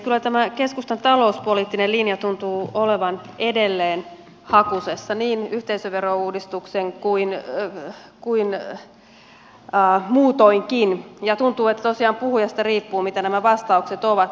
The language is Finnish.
kyllä tämä keskustan talouspoliittinen linja tuntuu olevan edelleen hakusessa niin yhteisöverouudistuksen kuin muutoinkin ja tuntuu että tosiaan puhujasta riippuu mitä nämä vastaukset ovat